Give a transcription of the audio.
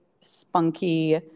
spunky